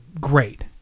great